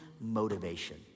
motivation